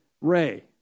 Ray